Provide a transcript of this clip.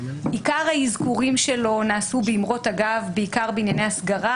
עיקר האזכורים שלו נעשו באמרות אגב בעיקר בענייני הסגרה